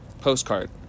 postcard